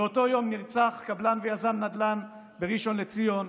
באותו יום נרצח קבלן ויזם נדל"ן בראשון לציון,